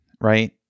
right